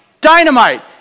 Dynamite